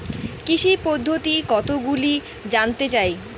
কৃষি পদ্ধতি কতগুলি জানতে চাই?